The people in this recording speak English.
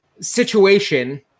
situation